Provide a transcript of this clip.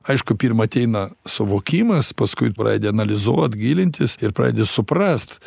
aišku pirma ateina suvokimas paskui tu pradedi analizuot gilintis ir pradedi suprast